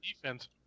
defense